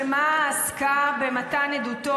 היית צריך לצאת נגד זה